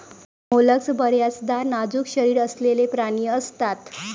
mollusc बर्याचदा नाजूक शरीर असलेले प्राणी असतात